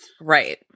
Right